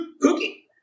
cookie